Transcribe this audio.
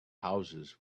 houses